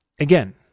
Again